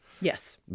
Yes